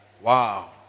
Wow